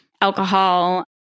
alcohol